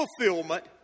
fulfillment